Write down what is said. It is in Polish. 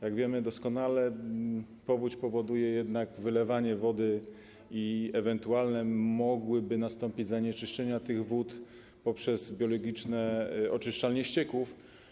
Jak wiemy doskonale, powódź powoduje jednak wylewanie wody i ewentualne zanieczyszczenia tych wód poprzez biologiczne oczyszczalnie ścieków.